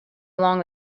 along